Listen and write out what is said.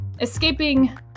escaping